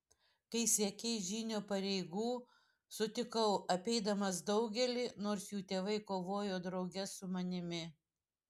kai siekei žynio pareigų sutikau apeidamas daugelį nors jų tėvai kovojo drauge su manimi